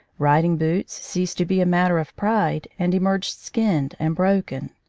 riding-boots ceased to be a matter of pride and emerged skinned and broken.